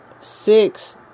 six